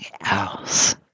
else